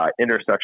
intersection